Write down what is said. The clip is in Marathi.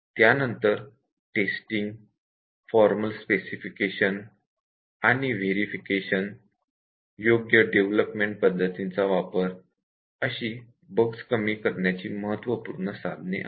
त्यानंतर टेस्टिंग फॉर्मल स्पेसिफिकेशन आणि व्हेरिफिकेशन योग्य डेवलपमेंट पद्धतींचा वापर अशी बग्स कमी करण्याची महत्त्वपूर्ण टेक्निक्स आहेत